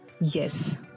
Yes